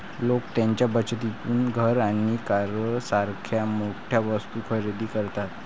लोक त्यांच्या बचतीतून घर आणि कारसारख्या मोठ्या वस्तू खरेदी करतात